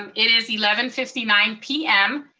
um it is eleven fifty nine p m.